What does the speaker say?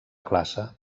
classe